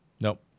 Nope